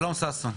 שלום ששון.